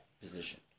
position